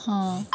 ہاں